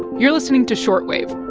you're listening to short wave